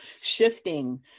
shifting